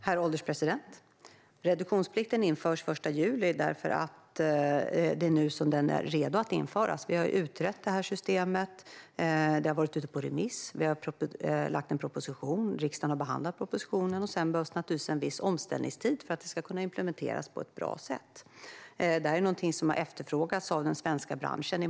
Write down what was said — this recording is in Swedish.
Herr ålderspresident! Reduktionsplikten införs den 1 juli därför att det är nu den är redo att införas. Vi har utrett systemet. Det har varit ute på remiss. Vi har lagt fram en proposition, och riksdagen har behandlat propositionen. Sedan behövs naturligtvis en viss omställningstid för att den ska kunna implementeras på ett bra sätt. Detta är något som i många år har efterfrågats av den svenska branschen.